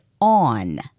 on